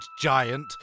giant